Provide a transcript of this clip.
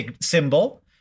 symbol